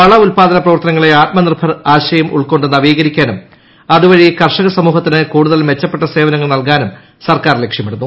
വള ഉത്പാദന പ്രവർത്തനങ്ങളെ ആത്മനിർഭർ ആശയം ഉൾക്കൊണ്ട് നവീകരിക്കാനും അതുവഴി കർഷക സമൂഹത്തിന് കൂടുതൽ മെച്ചപ്പെട്ട സേവനങ്ങൾ നൽകാനും സർക്കാർ ലക്ഷ്യമിടുന്നു